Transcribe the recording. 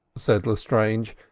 said lestrange,